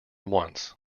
once